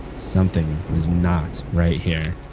something was not right here.